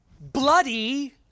bloody